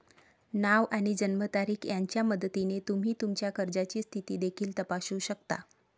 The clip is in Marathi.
नाव आणि जन्मतारीख यांच्या मदतीने तुम्ही तुमच्या कर्जाची स्थिती देखील तपासू शकता